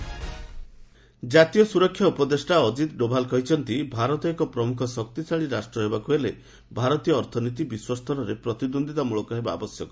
NSA Doval ଜାତୀୟ ସୁରକ୍ଷା ଉପଦେଷ୍ଟା ଅଜିତ୍ ଡୋଭାଲ୍ କହିଛନ୍ତି ଭାରତ ଏକ ପ୍ରମୁଖ ଶକ୍ତିଶାଳୀ ରାଷ୍ଟ୍ର ହେବାକୁ ହେଲେ ଭାରତୀୟ ଅର୍ଥନୀତି ବିଶ୍ୱସ୍ତରରେ ପ୍ରତିଦ୍ୱନ୍ଦ୍ୱିତା ମୂଳକ ହେବା ଆବଶ୍ୟକ